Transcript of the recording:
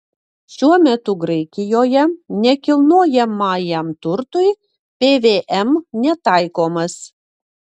šiuo metu graikijoje nekilnojamajam turtui pvm netaikomas